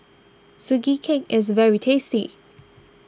Sugee Cake is very tasty